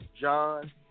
John